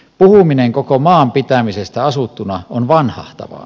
puhuminen koko maan pitämisestä asuttuna on vanhahtavaa